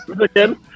Again